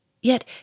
Yet